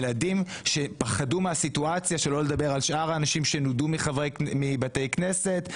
ילדים שפחדו מהסיטואציה שלא לדבר על שאר האנשים שנודו מבתי כנסת,